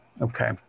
Okay